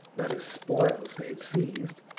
not as spoils they had seized.